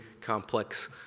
complex